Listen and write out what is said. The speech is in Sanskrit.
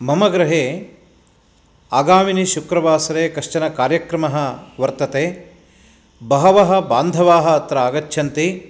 मम गृहे आगामिनि शुक्रवासरे कश्चन कार्यक्रमः वर्तते बहवः बान्धवाः अत्र आगच्छन्ति